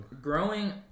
Growing